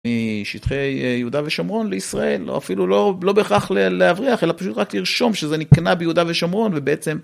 משטחי יהודה ושומרון לישראל אפילו לא בכך להבריח אלא פשוט רק לרשום שזה נקנה ביהודה ושומרון ובעצם.